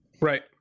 Right